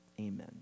Amen